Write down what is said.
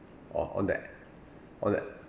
orh on that on that